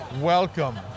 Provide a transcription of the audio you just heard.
welcome